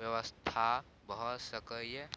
व्यवस्था भ सके ये?